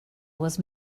was